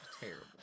terrible